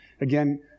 Again